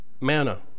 manna